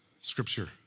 scripture